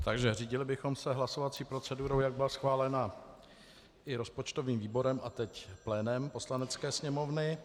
Takže bychom se řídili hlasovací procedurou, jak byla schválena i rozpočtovým výborem a teď plénem Poslanecké sněmovny.